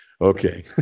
Okay